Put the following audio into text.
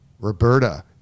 Roberta